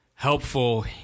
helpful